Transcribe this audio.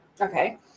Okay